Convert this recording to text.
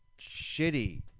shitty